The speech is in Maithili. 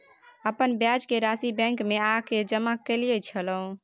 अपन ब्याज के राशि बैंक में आ के जमा कैलियै छलौं?